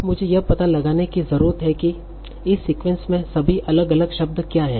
अब मुझे यह पता लगाने की जरूरत है कि इस सीक्वेंस में सभी अलग अलग शब्द क्या हैं